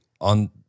on